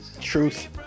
Truth